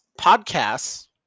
podcasts